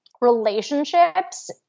relationships